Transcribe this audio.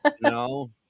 No